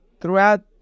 throughout